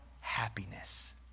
happiness